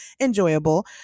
enjoyable